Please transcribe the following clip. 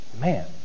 Man